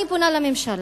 אני פונה לממשלה